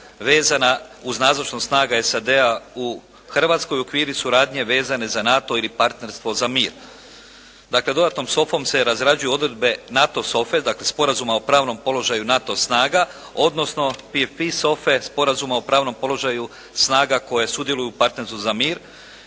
vezana uz nazočnost snaga SAD-a u Hrvatskoj u okviru suradnje vezane za NATO ili partnerstvo za mir. Dakle dodatnom SOFA-om se razrađuju odredbe NATO SOFA-e dakle Sporazuma o pravnom položaju NATO snaga odnosno … /Govornik se ne razumije./ … SOFA-e Sporazuma o pravnom položaju snaga koje sudjeluju u partnerstvu za mir